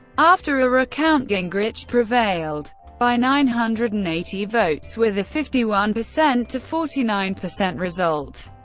after a recount, gingrich prevailed by nine hundred and eighty votes, with a fifty one percent to forty nine percent result.